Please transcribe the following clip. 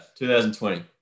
2020